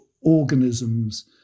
organisms